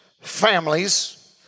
families